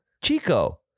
Chico